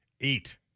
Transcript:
eight